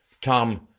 Tom